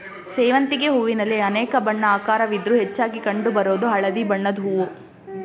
ಸೇವಂತಿಗೆ ಹೂವಿನಲ್ಲಿ ಅನೇಕ ಬಣ್ಣ ಆಕಾರವಿದ್ರೂ ಹೆಚ್ಚಾಗಿ ಕಂಡು ಬರೋದು ಹಳದಿ ಬಣ್ಣದ್ ಹೂವು